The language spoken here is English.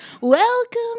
Welcome